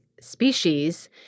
species